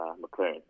McLaren